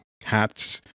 hats